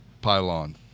pylon